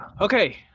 Okay